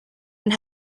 and